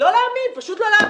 לא להאמין, פשוט לא להאמין.